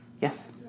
Yes